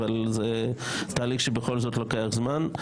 אבל זה תהליך שבכל זאת לוקח זמן.